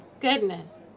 goodness